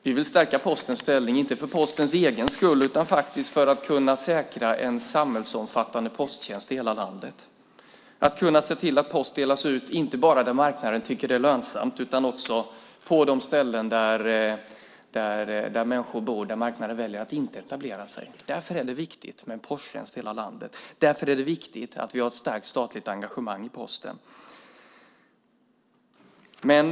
Vi vill stärka Postens ställning, inte för Postens egen skull utan för att kunna säkra en samhällsomfattande posttjänst i hela landet och se till att post delas ut inte bara där marknaden tycker att det är lönsamt utan också på de ställen där människor bor och där marknaden väljer att inte etablera sig. Därför är det viktigt med en posttjänst i hela landet. Därför är det viktigt att vi har ett starkt statligt engagemang i Posten.